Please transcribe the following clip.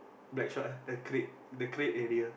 Blackshot ah the crate the crate area